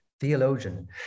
theologian